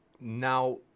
Now